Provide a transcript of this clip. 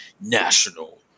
national